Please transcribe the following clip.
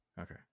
Okay